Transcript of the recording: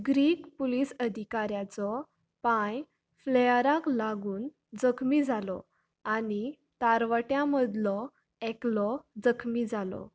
Greek police अधिकाऱ्याचो पांय फ्लेयराक लागून जखमी जालो आनी तारवट्यां मदलो एकलो जखमी जालो